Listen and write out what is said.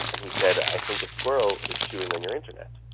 and he said, i think a squirrel is chewing on your internet.